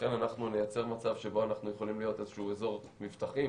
לכן אנחנו נייצר מצב שבו אנחנו יכולים להיות אזור מבטחים,